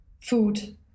food